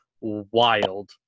wild